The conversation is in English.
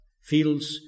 feels